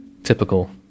Typical